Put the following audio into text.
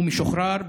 הוא משוחרר,